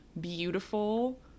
beautiful